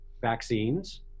vaccines